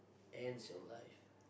ends your life